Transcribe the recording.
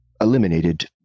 eliminated